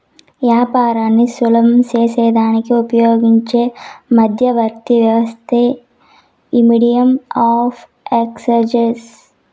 యాపారాన్ని సులభం సేసేదానికి ఉపయోగించే మధ్యవర్తి వ్యవస్థే మీడియం ఆఫ్ ఎక్స్చేంజ్